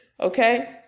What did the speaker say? Okay